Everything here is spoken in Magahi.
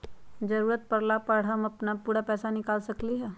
जरूरत परला पर हम अपन पूरा पैसा निकाल सकली ह का?